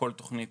וכל תוכנית